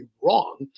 wrong